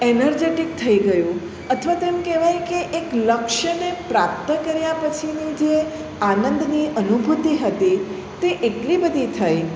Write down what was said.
energetic થઈ ગયું અથવા તો એમ કહેવાય કે એક લક્ષ્યને પ્રાપ્ત કર્યા પછીની જે આનંદની અનુભૂતિ હતી તે એટલી બધી થઈ